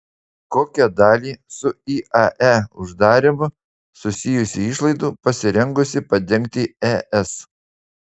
kokią dalį su iae uždarymu susijusių išlaidų pasirengusi padengti es